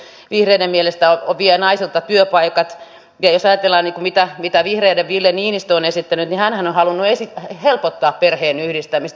subjektiivinen päivähoito oikeus vihreiden mielestä vie naisilta työpaikat ja jos ajatellaan mitä vihreiden ville niiinistö on esittänyt niin hänhän on halunnut helpottaa perheenyhdistämistä